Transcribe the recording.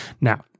Now